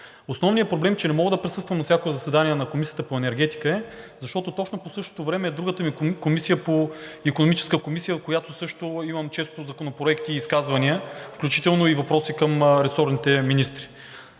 Основният проблем, че не мога да присъствам на всяко заседание на Комисията по енергетика е, защото точно по същото време е другата ми комисия – Икономическата, в която също често имам законопроекти и изказвания, включително и въпроси към ресорните министри.